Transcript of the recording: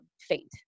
faint